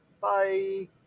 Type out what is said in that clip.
Bye